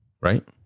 Right